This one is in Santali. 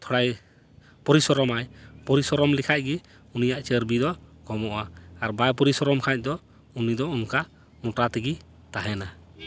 ᱛᱷᱚᱲᱟᱭ ᱯᱚᱨᱤᱥᱨᱚᱢᱟᱭ ᱯᱚᱨᱤᱥᱨᱚᱢ ᱞᱮᱠᱷᱟᱱ ᱜᱮ ᱩᱱᱤᱭᱟᱜ ᱪᱚᱨᱵᱤ ᱫᱚ ᱠᱚᱢᱚᱜᱼᱟ ᱟᱨ ᱵᱟᱭ ᱯᱚᱨᱤᱥᱨᱚᱢ ᱠᱷᱟᱱ ᱫᱚ ᱩᱱᱤ ᱫᱚ ᱚᱝᱠᱟ ᱢᱚᱴᱟ ᱛᱮᱜᱮᱭ ᱛᱟᱦᱮᱱᱟ